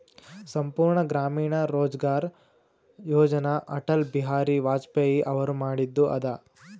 ಸಂಪೂರ್ಣ ಗ್ರಾಮೀಣ ರೋಜ್ಗಾರ್ ಯೋಜನ ಅಟಲ್ ಬಿಹಾರಿ ವಾಜಪೇಯಿ ಅವರು ಮಾಡಿದು ಅದ